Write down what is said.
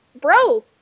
bro